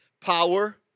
power